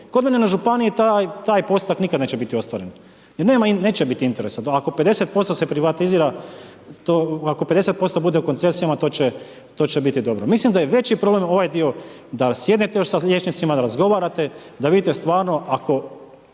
Kod mene na županiji taj postotak nikad neće biti ostvaren jer neće biti interesa. Ako 50% se privatizira, ako 50% bude u koncesijama, to će biti dobro. Mislim da je veći problem ovaj dio da sjednete sa liječnicima, da razgovarate, da vidite stvarno ako,